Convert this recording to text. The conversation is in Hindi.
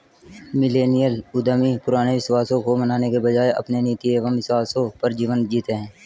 मिलेनियल उद्यमी पुराने विश्वासों को मानने के बजाय अपने नीति एंव विश्वासों पर जीवन जीते हैं